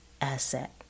asset